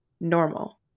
normal